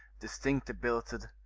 distinctly billeted,